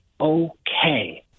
okay